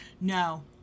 No